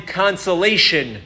consolation